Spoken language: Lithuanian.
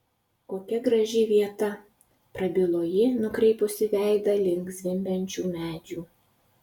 kokia graži vieta prabilo ji nukreipusi veidą link zvimbiančių medžių